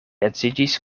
edziĝis